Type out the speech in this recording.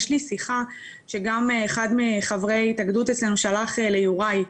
יש לי שיחה שאחד מחברי ההתאגדות אצלנו שלח ליוראי,